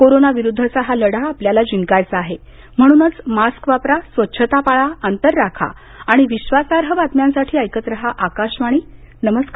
कोरोनाविरुद्धचा हा लढा आपल्याला जिंकायचा आहे म्हणूनच मास्क वापरा स्वच्छता पाळा अंतर राखा आणि विश्वासार्ह बातम्यांसाठी ऐकत राहा आकाशवाणी नमस्कार